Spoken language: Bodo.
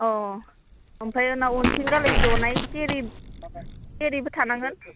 अ ओमफ्राय उनाव उनथिं जनाय खेरिबो थानांगोन